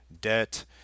debt